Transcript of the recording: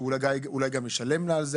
אולי שהוא גם ישלם לה על זה?